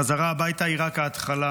החזרה הביתה היא רק ההתחלה,